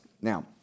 Now